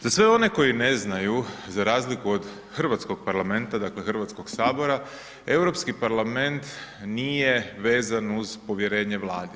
Za sve oni koji ne znaju, za razliku od hrvatskog parlamenta, dakle, Hrvatskog sabora, Europski parlament nije vezan uz povjerenje vladi.